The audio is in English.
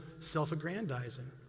self-aggrandizing